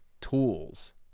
tools